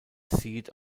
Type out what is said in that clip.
seat